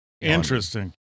Interesting